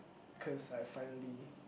cause I finally